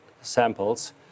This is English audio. samples